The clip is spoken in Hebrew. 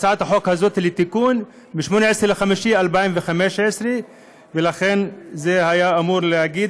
הצעת החוק הזאת לתיקון ב-18 במאי 2015. זה היה אמור להגיד